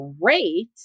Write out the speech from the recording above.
great